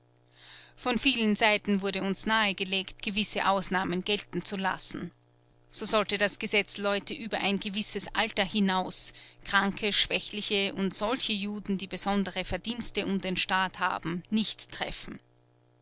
von vielen seiten wurde uns nahegelegt gewisse ausnahmen gelten zu lassen so sollte das gesetz leute über ein gewisses alter hinaus kranke schwächliche und solche juden die besondere verdienste um den staat haben nicht treffen